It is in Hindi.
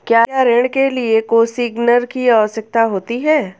क्या ऋण के लिए कोसिग्नर की आवश्यकता होती है?